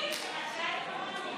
לפיכך הצעת חוק-יסוד: